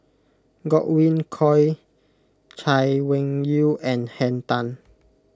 Godwin Koay Chay Weng Yew and Henn Tan